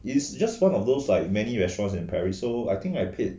is just one of those like many restaurants in paris so I think I paid